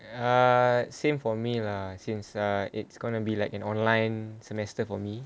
ah same for me lah since uh it's gonna be like an online semester for me